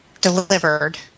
delivered